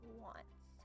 wants